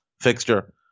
fixture